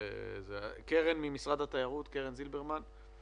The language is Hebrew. קרן ממשרד התיירות, קרן זילברמן.